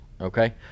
okay